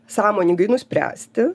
sąmoningai nuspręsti